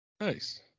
nice